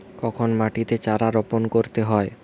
কখন মাটিতে চারা রোপণ করতে হয়?